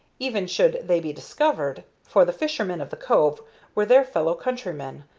even should they be discovered, for the fishermen of the cove were their fellow-countrymen,